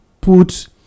put